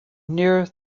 near